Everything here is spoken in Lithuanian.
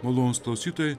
malonūs klausytojai